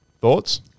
Thoughts